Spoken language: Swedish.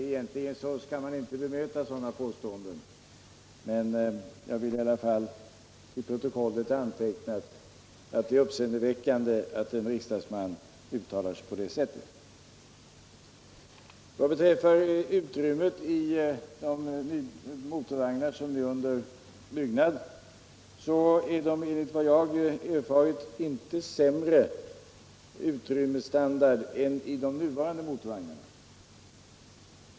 Egentligen skall man inte bemöta sådana påståenden, men jag vill i alla fall få antecknat till protokollet att jag finner det uppseendeväckande att en riksdagsman uttalar sig på det sättet. Utrymmesstandarden i de motorvagnar som nu är under byggnad är enligt vad jag har erfarit inte sämre än i de nuvarande motorvagnarna.